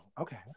okay